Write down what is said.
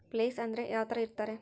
Place ಅಂದ್ರೆ ಯಾವ್ತರ ಇರ್ತಾರೆ?